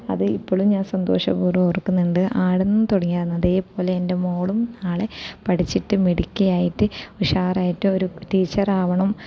അത് ഇപ്പോഴും ഞാൻ സന്തോഷപൂർവം ഓർക്കുന്നുണ്ട് അവിടെ നിന്ന് തുടങ്ങിയതാണ് അതേപോലെ എൻ്റെ മോളും നാളെ പഠിച്ചിട്ട് മിടുക്കിയായിട്ട് ഉഷാറായിട്ട് ഒരു ടീച്ചറാവണം